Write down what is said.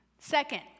Second